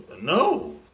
no